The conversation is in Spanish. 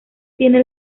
tiene